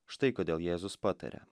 štai kodėl jėzus pataria